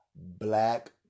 Black